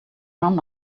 run